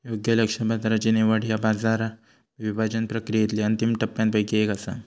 योग्य लक्ष्य बाजाराची निवड ह्या बाजार विभाजन प्रक्रियेतली अंतिम टप्प्यांपैकी एक असा